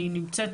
אני נמצאת,